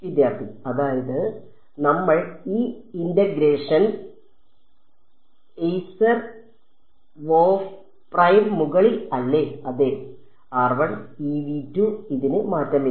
വിദ്യാർത്ഥി അതായത് നമ്മൾ E integration e c e r W of r prime മുകളിൽ അല്ലെ അതെ ഇതിന് മാറ്റമില്ല